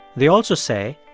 they also say,